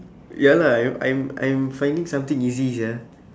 ya lah I I'm I'm finding something easy sia